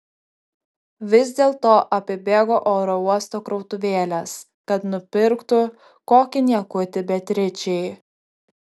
vis dėlto apibėgo oro uosto krautuvėles kad nupirktų kokį niekutį beatričei